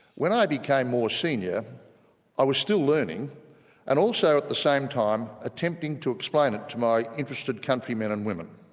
when i became more senior i was still learning and also at the same time attempting to explain it to my interested countrymen and women.